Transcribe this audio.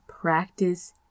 practice